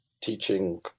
teaching